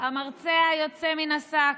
המרצע יוצא מן השק,